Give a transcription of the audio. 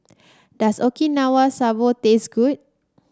does Okinawa Soba taste good